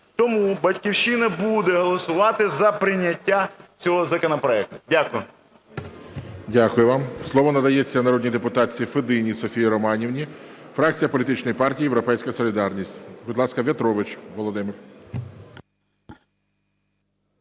Тому "Батьківщина" буде голосувати за прийняття цього законопроекту. Дякую. ГОЛОВУЮЧИЙ. Дякую вам. Слово надається народній депутатці Федині Софії Романівні, фракція політичної партії "Європейська солідарність". Будь ласка, В'ятрович Володимир.